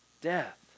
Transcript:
death